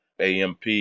AMP